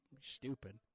stupid